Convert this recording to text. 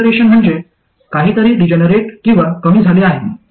degeneration म्हणजे काहीतरी degenerated किंवा कमी झाले आहे